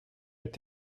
est